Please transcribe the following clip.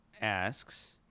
asks